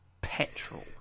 petrol